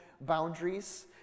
boundaries